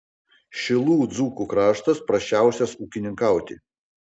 šilų dzūkų kraštas prasčiausias ūkininkauti